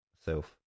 Self